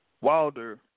Wilder